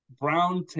Brown